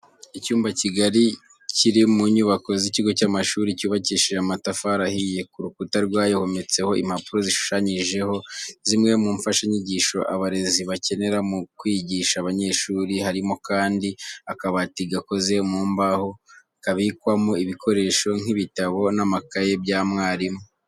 Icyumba kigari kiri mu nyubako z'ikigo cy'amashuri cyubakishije amatafari ahiye, ku rukuta rwayo hometseho impapuro zishushanyijeho zimwe mu mfashanyigisho abarezi bakenera mu kwigisha abanyeshuri, harimo kandi akabati gakoze mu mbaho kabikwamo ibikoresho nk'ibitabo n'amakaye bya mwarimu.